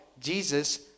Jesus